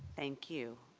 thank you.